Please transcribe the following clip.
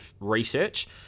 research